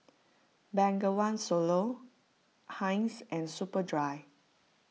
Bengawan Solo Heinz and Superdry